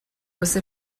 você